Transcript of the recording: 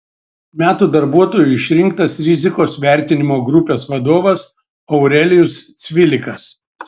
metų darbuotoju išrinktas rizikos vertinimo grupės vadovas aurelijus cvilikas